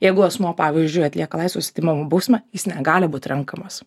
jeigu asmuo pavyzdžiui atlieka laisvės atėmimo bausmę jis negali būt renkamas